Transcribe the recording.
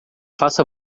faça